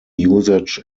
usage